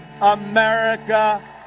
America